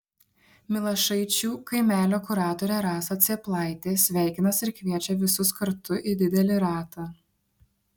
milašaičių kaimelio kuratorė rasa cėplaitė sveikinasi ir kviečia visus kartu į didelį ratą